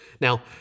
Now